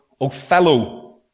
Othello